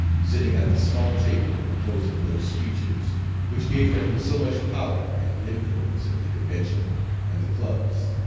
sitting at the small table composing those speeches which gave him so much power and influence in the convention and the clubs.